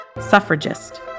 suffragist